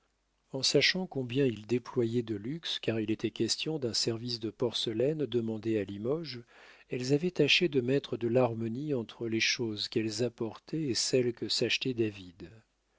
en sachant combien il déployait de luxe car il était question d'un service de porcelaine demandé à limoges elles avaient tâché de mettre de l'harmonie entre les choses qu'elles apportaient et celles que s'achetait david